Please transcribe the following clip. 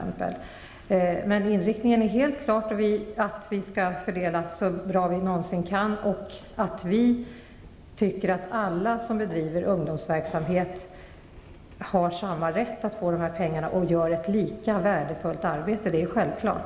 Men inriktningen är helt klart att vi skall fördela så bra som vi någonsin kan. Vi tycker att alla ungdomsverksamheter har samma rätt att få dessa pengar och gör ett lika värdefullt arbete. Det är självklart.